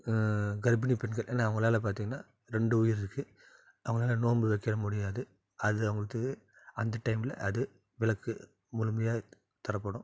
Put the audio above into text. கர்ப்பிணி பெண்கள் ஏன்னா அவங்களால் பார்த்திங்கன்னா ரெண்டு உயிர் இருக்கு அவங்களால் நோம்பு வைக்க முடியாது அது அவங்களுக்கு அந்த டைம்மில் அது விளக்கு முழுமையாக தரப்படும்